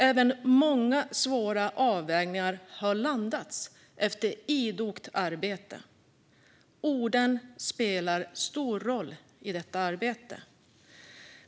Även många svåra avvägningar har landats efter idogt arbete. Orden spelar stor roll i detta arbete.